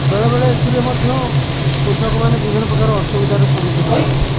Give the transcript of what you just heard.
ବେଳେବେଳେ ଏଥିରେ ମଧ୍ୟ କୃଷକମାନେ ବିଭିନ୍ନ ପ୍ରକାର ଅସୁବିଧାର ସମ୍ମୁଖୀନ ହୁଅନ୍ତି